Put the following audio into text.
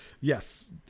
yes